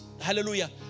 hallelujah